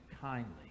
kindly